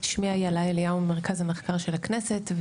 שמי אילה אליהו ממרכז המחקר של הכנסת,